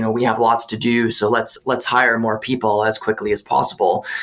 we have lots to do, so let's let's hire more people as quickly as possible.